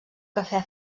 cafè